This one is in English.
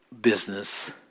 business